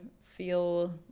feel